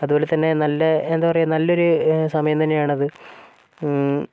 അതുപോലെത്തന്നെ നല്ല എന്താപറയാ നല്ലൊരു സമയം തന്നെയാണയാണത്